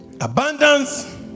Abundance